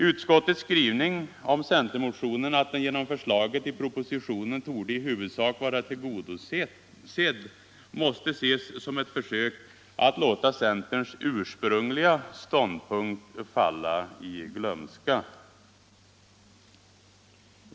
Utskottets skrivning om centermotionen, att den genom förslaget i propositionen i huvudsak torde vara tillgodosedd, måste ses som ett försök att låta centerns ursprungliga ståndpunkt falla i glömska.